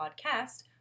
Podcast